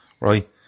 right